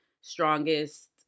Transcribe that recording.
strongest